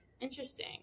interesting